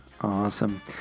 Awesome